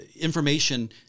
information